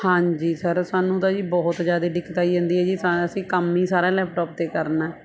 ਹਾਂਜੀ ਸਰ ਸਾਨੂੰ ਤਾਂ ਜੀ ਬਹੁਤ ਜ਼ਿਆਦਾ ਦਿੱਕਤ ਆਈ ਜਾਂਦੀ ਹੈ ਜੀ ਸਾ ਅਸੀਂ ਕੰਮ ਹੀ ਸਾਰਾ ਲੈਪਟੋਪ 'ਤੇ ਕਰਨਾ